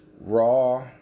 raw